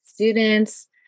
students